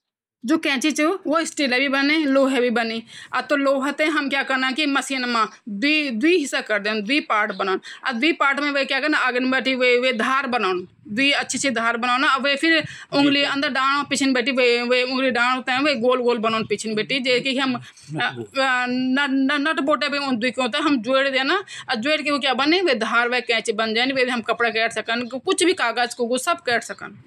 पारंपरिक माँस के व्यंजनों के विकल्प में कई सब्ज़ी-आधारित व्यंजन वे सक दन, जन कि साग (पालक), फूलगोभी की सब्जी, भिंडी मसाला, आलू के पराठे, दाल-बाटी, कद्दू की सब्जी और मटर की सब्जी। इन सभी व्यंजनों में स्वाद और पोषण दोनों होदा, जो माँस के विकल्प के रूप म अच्छ माने जांदन।